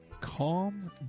calm